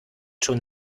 schon